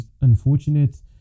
unfortunate